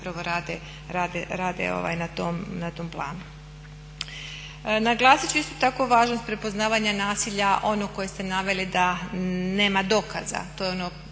zapravo rade na tom planu. Naglasit ću isto tako važnost prepoznavanja nasilja, onog koje ste naveli da nema dokaza, to je ono